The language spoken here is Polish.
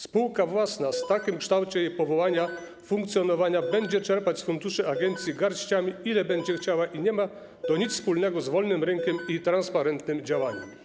Spółka własna w takim kształcie, jeżeli chodzi o jej powołanie, funkcjonowanie, będzie czerpać z funduszy agencji garściami, ile będzie chciała, i nie ma to nic wspólnego z wolnym rynkiem ani transparentnym działaniem.